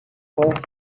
when